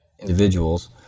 individuals